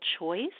choice